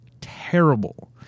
Terrible